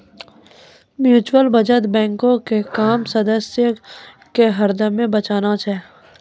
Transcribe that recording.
mutual बचत बैंको के काम सदस्य के हरदमे बचाना छै